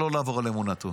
הוא לא רוצה באמת.